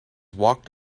walked